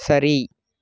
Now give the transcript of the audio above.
சரி